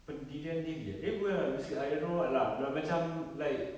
pendirian diri ah eh bukan bukan lah basi~ I don't know what lah sudah macam like